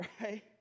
right